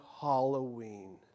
Halloween